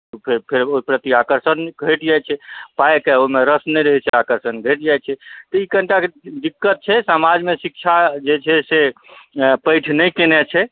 ओकर फेर ओहि प्रति आकर्षण घटि जाइत छै पाइके ओहिमे रस नहि रहैत छै आकर्षण घटि जाइत छै तऽ ई कनिटा दिक्कत छै समाजमे शिक्षा जे छै से पैठ नहि कयने छै